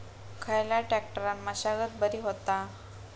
खयल्या ट्रॅक्टरान मशागत बरी होता?